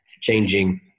changing